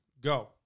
Go